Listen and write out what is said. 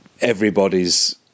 everybody's